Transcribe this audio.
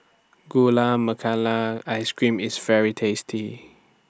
Gula Ice Cream IS very tasty